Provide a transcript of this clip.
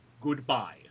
Goodbye